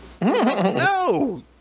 No